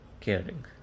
caring